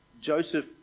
Joseph